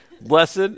blessed